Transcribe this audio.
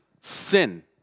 sin